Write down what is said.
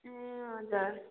ए हजुर